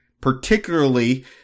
particularly